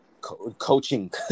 coaching